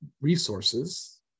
resources